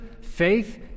faith